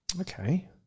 okay